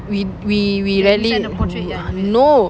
we we we rarely no